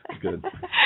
Good